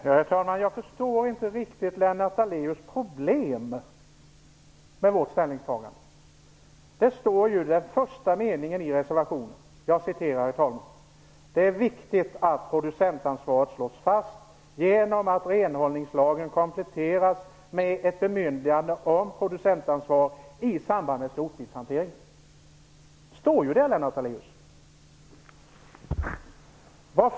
Herr talman! Jag förstår inte riktigt Lennart Daléus problem med vårt ställningstagande. Det står ju i den första meningen i reservationen: "Det är viktigt att producentansvaret slås fast genom att renhållningslagen kompletteras med ett bemyndigande om producentansvar i samband med skrotbilshantering." Det står ju där Lennart Daléus.